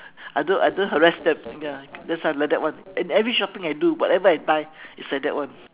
I don't I don't harass them ya that's why I like that one and every shopping I do whatever I buy is like that [one]